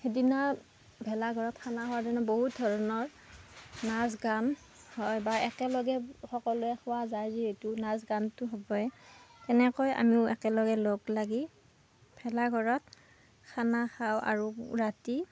সিদিনা ভেলাঘৰত খানা খোৱাৰ দিনা বহুত ধৰণৰ নাচ গান হয় বা একেলগে সকলোৱে খোৱা যায় যিহেতু নাচ গানতো হ'বই তেনেকৈ আমিও একেলগে লগ লাগি ভেলা ঘৰত খানা খাও আৰু ৰাতি